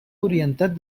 orientat